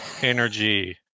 energy